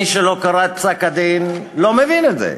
מי שלא קרא את פסק-הדין, לא מבין את זה.